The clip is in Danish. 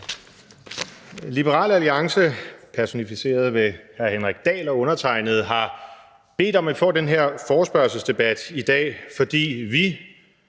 Liberal Alliance personificeret ved hr. Henrik Dahl og undertegnede har bedt om at få den her forespørgselsdebat i dag, fordi vi,